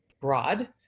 broad